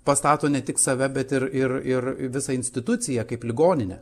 pastato ne tik save bet ir ir ir visą instituciją kaip ligoninę